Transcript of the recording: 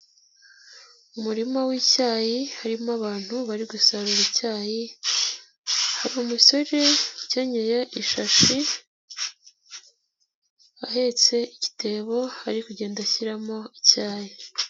Mu murima w'icyayi harimo abantu bari gusarura icyayi, hari umusore ukenyeye ishashi, ahetse igitebo, ari kugenda ashyiramo icyayi.